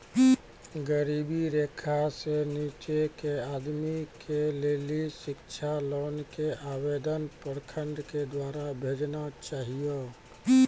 गरीबी रेखा से नीचे के आदमी के लेली शिक्षा लोन के आवेदन प्रखंड के द्वारा भेजना चाहियौ?